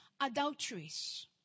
adulteries